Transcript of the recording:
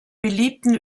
beliebten